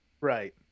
Right